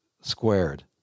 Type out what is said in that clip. squared